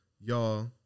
y'all